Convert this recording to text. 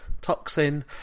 toxin